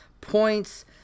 points